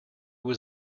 was